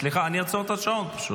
סליחה, אני אעצור את השעון פשוט.